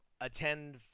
attend